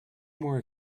more